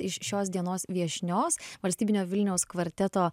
iš šios dienos viešnios valstybinio vilniaus kvarteto